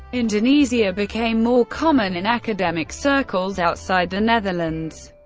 indonesia became more common in academic circles outside the netherlands,